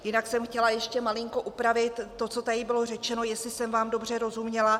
Jinak jsem chtěla ještě malinko upravit to, co tady bylo řečeno, jestli jsem vám dobře rozuměla.